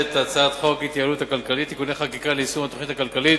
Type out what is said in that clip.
הצעת חוק ההתייעלות הכלכלית (תיקוני חקיקה ליישום התוכנית הכלכלית